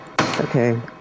Okay